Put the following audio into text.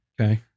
Okay